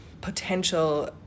potential